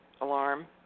alarm